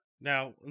Now